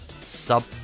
sub